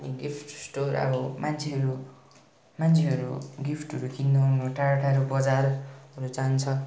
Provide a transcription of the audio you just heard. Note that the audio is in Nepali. गिफ्ट स्टोर अब मान्छेहरू मान्छेहरू गिप्टहरू किन्नु आउनु टाढो टाढो बजारहरू जान्छ